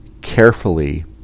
carefully